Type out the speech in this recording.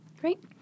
great